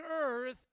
earth